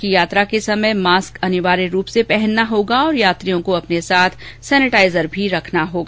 उन्होंने बताया कि यात्रा के समय मास्क अनिवार्य रूप से पहनना होगा और यात्रियों को अपने साथ सेनेटाईजर भी रखना होगा